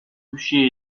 bûcher